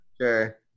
sure